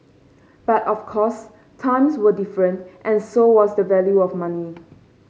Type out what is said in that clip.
but of course times were different and so was the value of money